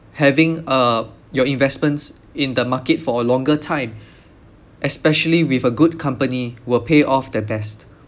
having uh your investments in the market for a longer time especially with a good company will pay off their best